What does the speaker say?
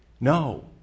No